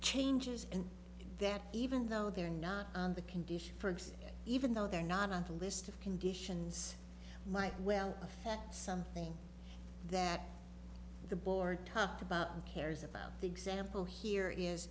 changes and that even though they're not on the condition first even though they're not on the list of conditions might well affect something that the board tough about cares about the example here is